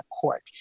court